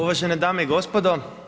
Uvažene dame i gospodo.